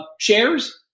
shares